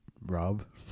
rob